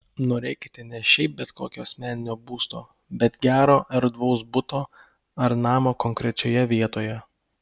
norėkite ne šiaip bet kokio asmeninio būsto bet gero erdvaus buto ar namo konkrečioje vietoje